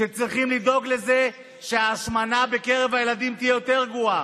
שצריכים לדאוג לזה שההשמנה בקרב הילדים תהיה יותר גרועה.